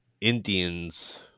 Indians